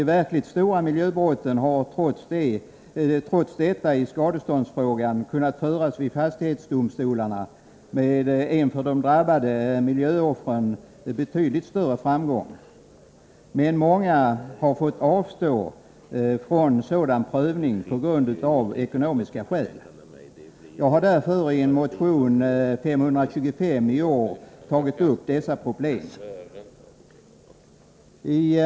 Skadeståndsfrågor i samband med de verkligt stora miljöbrotten har kunnat prövas vid fastighetsdomstolarna med en för de drabbade miljöoffren betydligt större framgång. Men många har av ekonomiska skäl fått avstå från sådan prövning. Jag har därför i motion 525 i år tagit upp dessa problem.